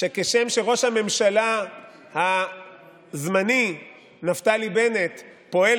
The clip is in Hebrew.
כשם שראש הממשלה הזמני נפתלי בנט פועל